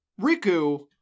riku